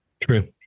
True